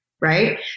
right